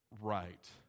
right